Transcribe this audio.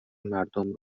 مردم